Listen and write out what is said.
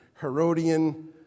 Herodian